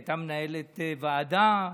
הייתה מנהלת ועדה,